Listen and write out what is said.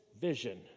vision